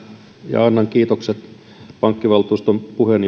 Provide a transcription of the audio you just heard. ja annan kiitokset pankkivaltuuston puheenjohtajalle joka on taas vuoden meitä